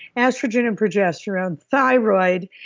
estrogen and progesterone, thyroid.